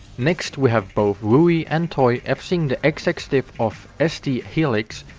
next, we have both woey and toy fc'ing the ex ex diff of esti helix.